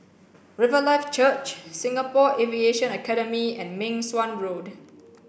Riverlife Church Singapore Aviation Academy and Meng Suan Road